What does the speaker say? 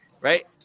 Right